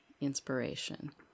Inspiration